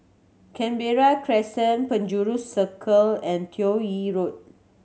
Canberra Crescent Penjuru Circle and Toh Yi Road